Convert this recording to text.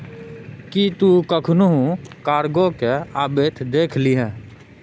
कि तु कखनहुँ कार्गो केँ अबैत देखलिही?